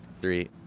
three